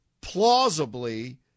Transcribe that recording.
plausibly